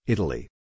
Italy